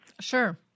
Sure